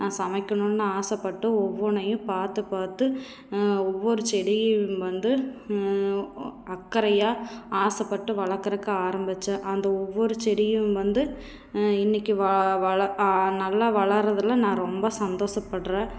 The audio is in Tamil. நான் சமைக்கணுன்னு ஆசைப்பட்டு ஒவ்வொன்றையும் பார்த்து பார்த்து ஒவ்வொரு செடியும் வந்து அக்கறையாக ஆசைப்பட்டு வளர்க்குறக்கு ஆரம்பிச்சேன் அந்த ஒவ்வொரு செடியும் வந்து இன்றைக்கு வ வளக் நல்லா வளர்றதில் நா ரொம்ப சந்தோசப்படுறன்